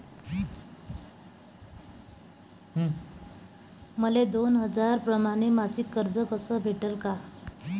मले दोन हजार परमाने मासिक कर्ज कस भेटन?